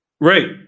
Right